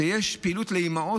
שיש פעילות לאימהות,